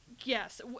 Yes